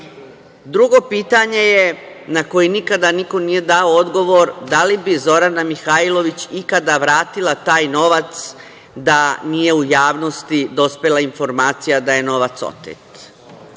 pitanje na koje nikada niko nije dao odgovor je – da li bi Zorana Mihajlović ikada vratila taj novac da nije u javnosti dospela informacija da je novac